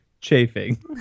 chafing